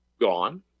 gone